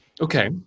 Okay